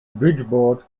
bridgeport